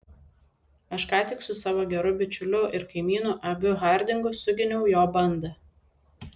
aš ką tik su savo geru bičiuliu ir kaimynu abiu hardingu suginiau jo bandą